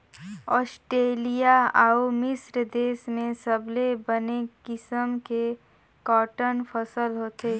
Australia अउ मिस्र देस में सबले बने किसम के कॉटन फसल होथे